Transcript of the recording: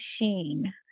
machine